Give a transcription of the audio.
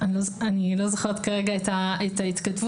אני לא זוכרת כרגע את ההתכתבות.